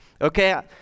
Okay